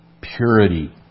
purity